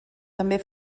també